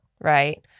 Right